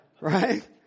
Right